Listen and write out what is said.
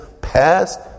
past